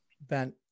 Ben